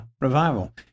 revival